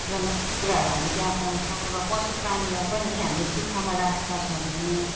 जनक कुराहरू हामी त्यहाँ पाउँछौँ र पशुप्राणीलाई पनि है हामीले सुक्खामा राखेको छ भने